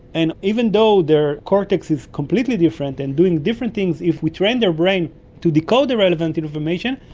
and even though their cortex is completely different and doing different things, if we train their brain to decode the relevant information,